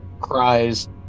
cries